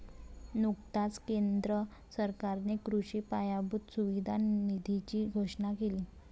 नुकताच केंद्र सरकारने कृषी पायाभूत सुविधा निधीची घोषणा केली